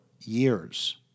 years